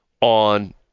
on